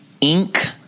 Inc